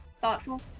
thoughtful